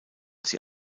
sie